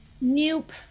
Nope